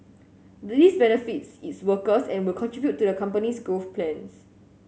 this benefits its workers and will contribute to the company's growth plans